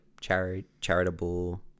charitable